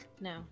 No